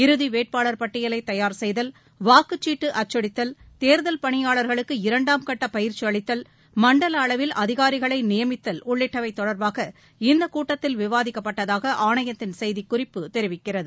இறுதி வேட்பாளர் பட்டியலை தயார் செய்தல் வாக்குச்சீட்டு அச்சடித்தல் தேர்தல் பணியாளர்களுக்கு இரண்டாம் கட்ட பயிற்சி அளித்தல் மண்டல அளவில் அதிகாரிகளை நியமித்தல் உள்ளிட்டவை தொடர்பாக இந்தக் கூட்டத்தில் விவாதிக்கப்பட்டதாக ஆணையத்தின் செய்திக்குறிப்பு தெரிவிக்கிறது